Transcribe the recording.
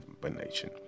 combination